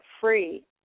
free